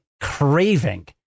craving